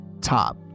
top